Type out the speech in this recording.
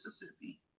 Mississippi